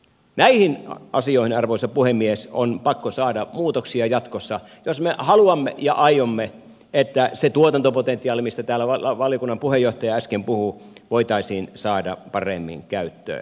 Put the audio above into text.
näihin asioihin arvoisa puhemies on pakko saada muutoksia jatkossa jos me haluamme ja aiomme että se tuotantopotentiaali mistä täällä valiokunnan puheenjohtaja äsken puhui voitaisiin saada paremmin käyttöön